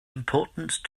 importance